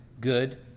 good